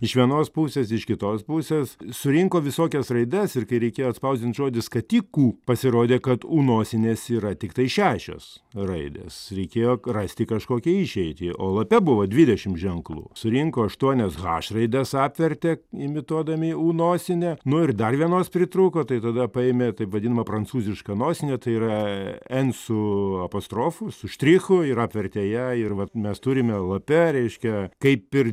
iš vienos pusės iš kitos pusės surinko visokias raides ir kai reikėjo atspausdint žodį skatikų pasirodė kad ų nosinės yra tiktai šešios raidės reikėjo rasti kažkokią išeitį o lape buvo dvidešim ženklų surinko aštuonias haš raides apvertė imituodami ų nosinę nu ir dar vienos pritrūko tai tada paėmė taip vadinamą prancūzišką nosinę tai yra en su apostrofu su štrichu ir apvertė ją ir vat mes turime lape reiškia kaip ir